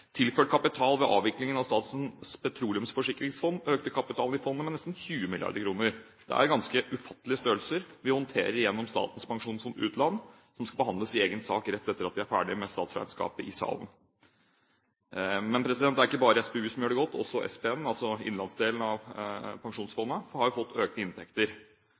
Tilført kapital ved avviklingen av Statens petroleumsforsikringsfond økte kapitalen i fondet med nesten 20 mrd. kr. Det er ganske ufattelige størrelser vi håndterer gjennom Statens pensjonsfond utland, som skal behandles i egen sak rett etter at vi er ferdig med statsregnskapet i salen. Men det er ikke bare SPU som gjør det godt. Også SPN – altså innenlandsdelen av pensjonsfondet – har fått økte inntekter.